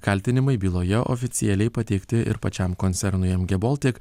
kaltinimai byloje oficialiai pateikti ir pačiam koncernui mg baltic